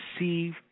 receive